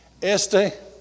este